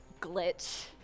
glitch